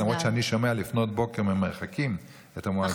למרות שאני שומע לפנות בוקר ממרחקים את המואזין.